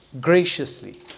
graciously